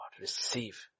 Receive